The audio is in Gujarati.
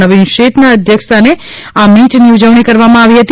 નવિન શેઠના અધ્યક્ષ સ્થાને આ મીટની ઉજવણી કરવામાં આવી હતી